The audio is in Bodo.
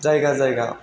जायगा जायगा